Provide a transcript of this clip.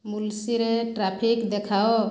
ମୁଲ୍ସିରେ traffic ଦେଖାଅ